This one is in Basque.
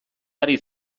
ari